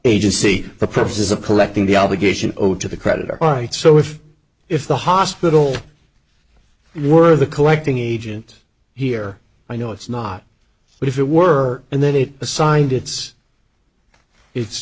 agency the purposes of collecting the obligation owed to the creditor right so if if the hospital were the collecting agent here i know it's not but if it were and then it assigned its it's